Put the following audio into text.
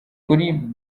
kuri